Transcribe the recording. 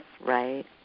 right